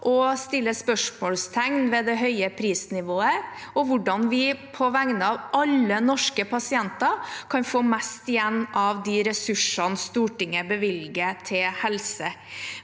å stille spørsmål om det høye prisnivået, og hvordan vi på vegne av alle norske pasienter kan få mest igjen for de ressursene Stortinget bevilger til helse.